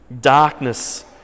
darkness